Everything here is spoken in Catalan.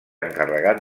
encarregat